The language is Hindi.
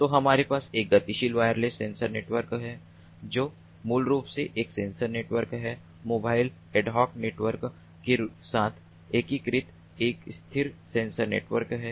तो हमारे पास एक गतिशील वायरलेस सेंसर नेटवर्क है जो मूल रूप से एक सेंसर नेटवर्क है मोबाइल एड हॉक नेटवर्क के साथ एकीकृत एक स्थिर सेंसर नेटवर्क है